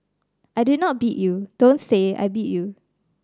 I did not beat you don't say I beat you